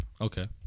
Okay